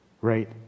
right